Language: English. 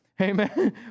Amen